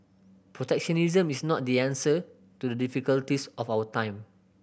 protectionism is not the answer to the difficulties of our time